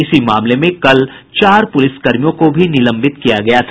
इसी मामले में कल चार पुलिस कर्मियों को भी निलंबित किया गया था